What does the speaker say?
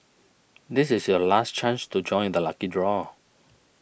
this is your last chance to join the lucky draw